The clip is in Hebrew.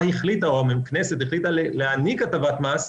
החליטה או הכנסת החליטה להעניק הטבת מס,